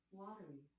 watery